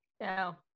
Now